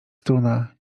struna